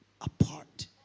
apart